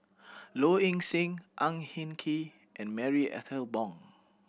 Low Ing Sing Ang Hin Kee and Marie Ethel Bong